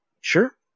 sure